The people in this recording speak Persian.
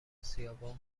آسیابان